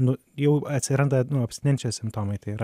nu jau atsiranda abstinencijos simptomai tai yra